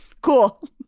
Cool